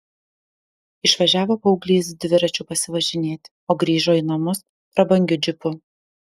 išvažiavo paauglys dviračiu pasivažinėti o grįžo į namus prabangiu džipu